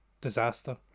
disaster